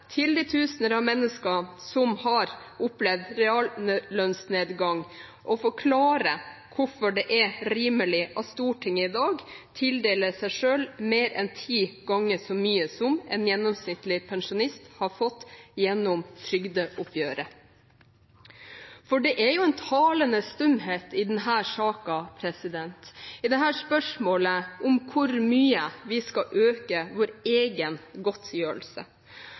overfor de tusener av mennesker som har opplevd reallønnsnedgang, og forklare hvorfor det er rimelig at Stortinget i dag tildeler seg selv mer enn ti ganger så mye som en gjennomsnittlig pensjonist har fått gjennom trygdeoppgjøret. Det er jo en talende stumhet i denne saken, i dette spørsmålet, om hvor mye vi skal øke vår egen godtgjørelse,